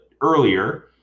earlier